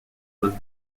was